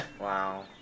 Wow